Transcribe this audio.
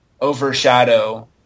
overshadow